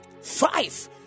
five